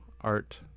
art